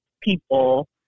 people